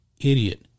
idiot